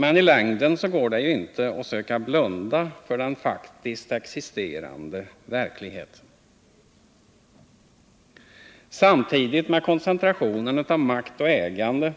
Men i längden går det ju inte att söka blunda för den faktiskt existerande verkligheten. Samtidigt med koncentrationen av makt och ägande